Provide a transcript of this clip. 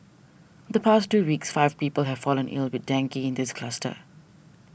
in the past two weeks five people have fallen ill with dengue in this cluster